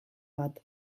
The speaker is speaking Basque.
bat